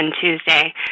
Tuesday